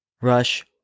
Rush